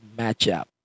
matchup